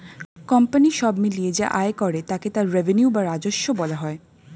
company সব মিলিয়ে যা আয় করে তাকে তার রেভিনিউ বা রাজস্ব বলা হয়